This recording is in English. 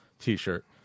t-shirt